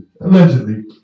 Allegedly